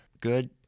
Good